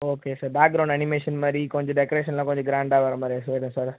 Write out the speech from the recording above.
okay sir background animation மாதிரி கொஞ்சம் டெக்ரேஷனெலாம் கொஞ்சம் கிராண்டாக வர மாதிரி செய்கிறோம் சார்